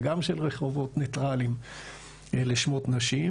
וגם של רחובות ניטרליים לשמות של נשים,